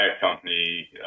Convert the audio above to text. company